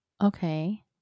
Okay